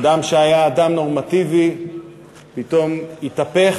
אדם שהיה אדם נורמטיבי פתאום התהפך,